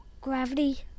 Gravity